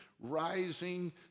rising